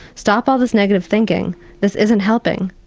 stop all this negative thinking this isn't helping,